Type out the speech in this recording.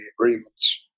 agreements